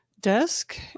desk